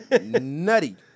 nutty